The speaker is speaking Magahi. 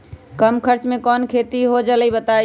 कम खर्च म कौन खेती हो जलई बताई?